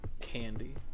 candy